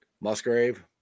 Musgrave